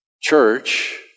church